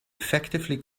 effectively